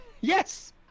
yes